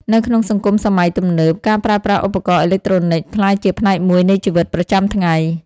នៅក្នុងសង្គមសម័យទំនើប ការប្រើប្រាស់ឧបករណ៍អេឡិចត្រូនិចក្លាយជាផ្នែកមួយនៃជីវិតប្រចាំថ្ងៃ។